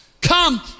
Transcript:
Come